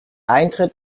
eintritt